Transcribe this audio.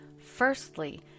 firstly